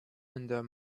under